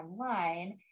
online